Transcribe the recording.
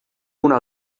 una